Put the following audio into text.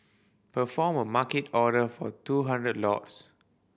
perform a Market order for two hundred lots